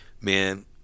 man